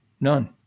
none